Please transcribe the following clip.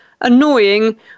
annoying